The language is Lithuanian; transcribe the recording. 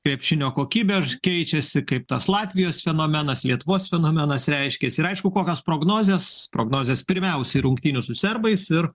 krepšinio kokybę keičiasi kaip tas latvijos fenomenas lietuvos fenomenas reiškiasi ir aišku kokios prognozės prognozės pirmiausiai rungtynių su serbais ir